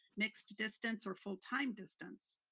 mixed distance or full-time distance.